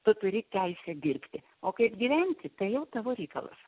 tu turi teisę dirbti o kaip gyventi tai jau tavo reikalas